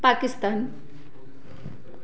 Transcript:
Pakistan